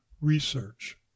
research